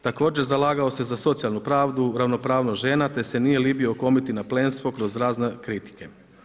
Također zalagao se za socijalnu pravdu, ravnopravnost žena, te se nije libio okomiti na plemstvo kroz razne kritike.